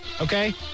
Okay